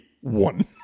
one